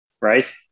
right